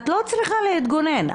את לא צריכה להתגונן.